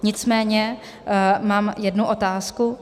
Nicméně mám jednu otázku.